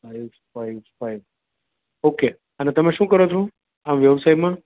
five five five okay અને તમે શું કરો છો આમ વ્યવસાયમાં